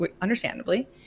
understandably